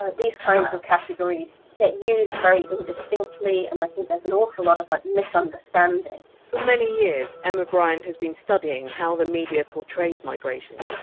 ah these kinds of categories get used very indistinctly, and i think there's an awful lot of like misunderstanding for many years, emma briant has been studying how the media portrays migration,